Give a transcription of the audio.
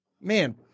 man